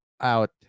out